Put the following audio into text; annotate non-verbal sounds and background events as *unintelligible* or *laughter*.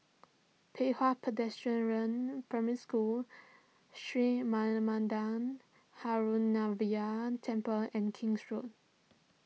Pei Hwa Pedestrian rain Primary School Sri Manmatha *unintelligible* Temple and King's Road